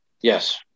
yes